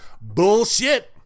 Bullshit